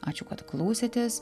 ačiū kad klausėtės